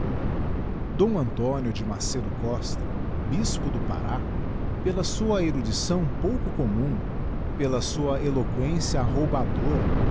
d antónio de macedo costa bispo do pará pela sua erudiçso pouco commum pela sua eloquência arroubadora